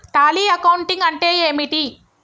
Tally accounting అంటే ఏమిటి?